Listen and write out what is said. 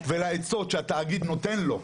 ולעצות שהתאגיד נותן לו,